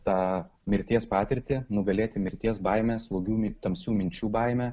tą mirties patirtį nugalėti mirties baimę slogių minčių tamsių minčių baimę